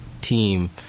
team